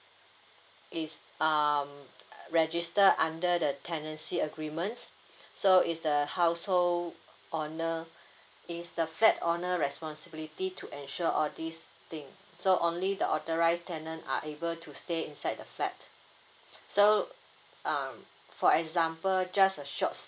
is um registered under the tenancy agreement so is the household owner is the flat owner responsibility to ensure all this thing so only the authorised tenant are able to stay inside the flat so uh for example just a short